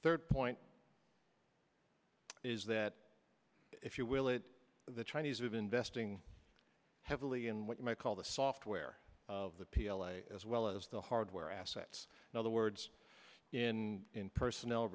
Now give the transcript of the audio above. third point is that if you will it the chinese of investing heavily in what you might call the software of the p l o as well as the hardware assets and other words in personnel